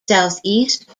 southeast